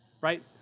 right